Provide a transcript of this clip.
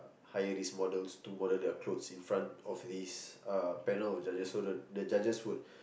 hire these models to model their clothes in front of these uh panel of judges so the the judges would